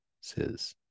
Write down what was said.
says